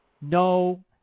No